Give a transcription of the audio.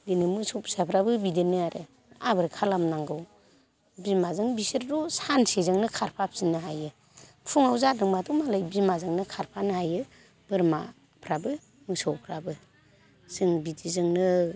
बेनो मोसौ फिसाफ्राबो बिदिनो आरो आबार खालाम नांगौ बिमाजों बिसोरथ' सानसेजोंनो खारफा फिननो हायो फुङाव जादोंब्लाथ' मालाय बिमाजोंनो खारफानो हायो बोरमाफ्राबो मोसौफ्राबो जों बिदिजोंनो